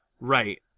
Right